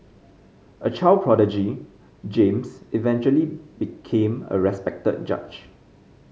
a child prodigy James eventually became a respected judge